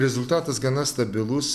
rezultatas gana stabilus